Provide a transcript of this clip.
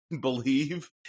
Believe